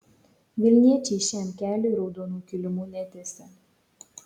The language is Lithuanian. vilniečiai šiam keliui raudonų kilimų netiesė